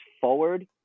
forward